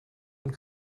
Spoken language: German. und